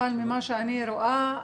אבל ממה שאני רואה,